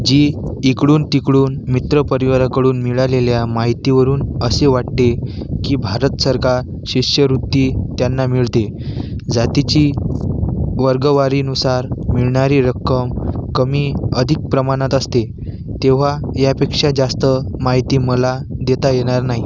जी इकडून तिकडून मित्रपरिवाराकडून मिळालेल्या माहितीवरून असे वाटते की भारत सरकार शिष्यवृत्ती त्यांना मिळते जातीची वर्गवारीनुसार मिळणारी रक्कम कमीअधिक प्रमाणात असते तेव्हा यापेक्षा जास्त माहिती मला देता येणार नाही